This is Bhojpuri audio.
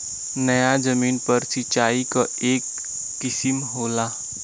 नयी जमीन पर सिंचाई क एक किसिम होला